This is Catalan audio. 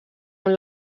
amb